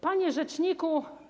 Panie Rzeczniku!